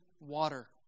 water